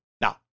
Now